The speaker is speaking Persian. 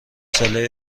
ساله